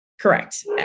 Correct